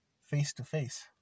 face-to-face